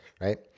right